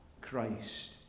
Christ